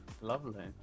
Lovely